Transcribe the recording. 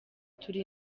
turi